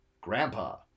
grandpa